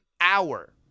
hour